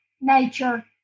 nature